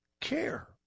care